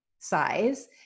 Size